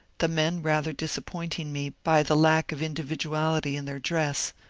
the men rather disappointing me by the lack of individuality in their dress,